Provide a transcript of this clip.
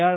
R